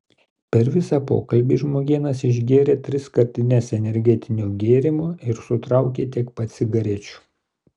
per visą pokalbį žmogėnas išgėrė tris skardines energetinio gėrimo ir sutraukė tiek pat cigarečių